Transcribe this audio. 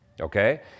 Okay